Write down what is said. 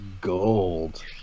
gold